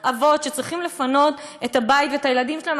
ואבות שצריכים לפנות את הבית ואת הילדים שלהם.